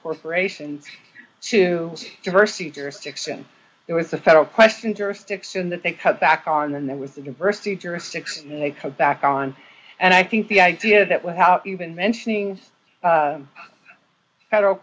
corporations to diversity jurisdiction there was a federal question jurisdiction that they cut back and then there was the diversity jurisdiction and they cut back on and i think the idea that without even mentioning federal